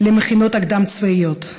למכינות הקדם-צבאיות.